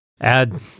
add